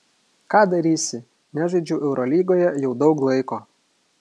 ką darysi nežaidžiau eurolygoje jau daug laiko